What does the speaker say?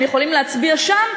הם יכולים להצביע שם,